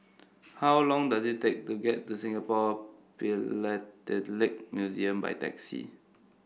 how long does it take to get to Singapore Philatelic Museum by taxi